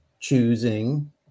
Choosing